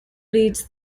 leads